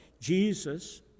Jesus